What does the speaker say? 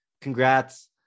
congrats